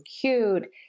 cute